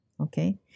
Okay